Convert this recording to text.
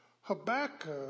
Habakkuk